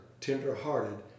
tenderhearted